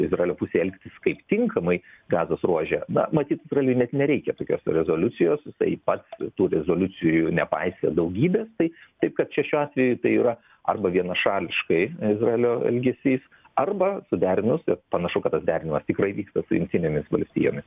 izraelio pusei elgtis kaip tinkamai gazos ruože na matyt izraeliui net nereikia tokios rezoliucijos jisai pats tų rezoliucijų nepaisė daugybės tai taip kad čia šiuo atveju tai yra arba vienašališkai izraelio elgesys arba suderinus jog panašu kad tas derinimas tikrai vyksta su jungtinėmis valstijomis